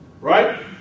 Right